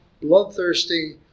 bloodthirsty